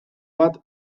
bat